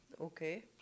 Okay